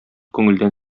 күңелдән